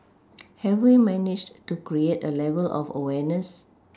have we managed to create a level of awareness